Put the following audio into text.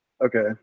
Okay